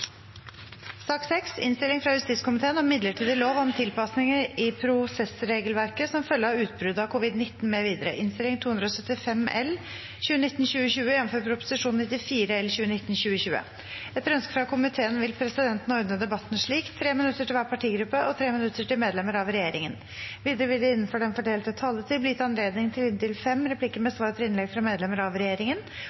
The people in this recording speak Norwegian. sak nr. 4. Etter ønske fra justiskomiteen vil presidenten ordne debatten slik: 3 minutter til hver partigruppe og 3 minutter til medlemmer av regjeringen. Videre vil det – innenfor den fordelte taletid – bli gitt anledning til inntil fem replikker med